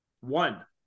One